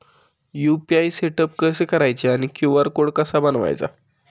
UPI setup कसे करायचे आणि क्यू.आर कोड कसा बनवायचा?